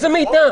איזה מידע?